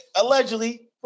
Allegedly